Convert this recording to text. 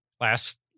last